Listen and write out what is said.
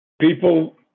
people